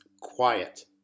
quiet